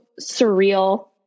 surreal